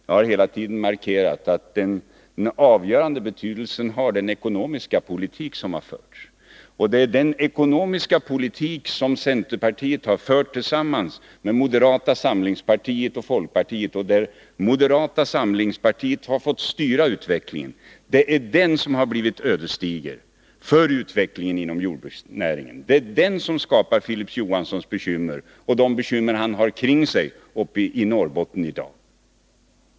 Jag har hela tiden markerat att den ekonomiska politik som har förts har avgörande betydelse och att det är den ekonomiska politik som centerpartiet har fört tillsammans med moderata samlingspartiet och folkpartiet — där moderata samlingspartiet har fått styra utvecklingen — som har blivit ödesdiger för utvecklingen inom jordbruksnäringen. Det är den som har skapat Filip Johanssons bekymmer och de bekymmer som han har omkring sig uppe i Norrbotten i dag.